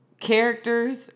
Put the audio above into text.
characters